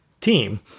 team